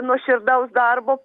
nuoširdaus darbo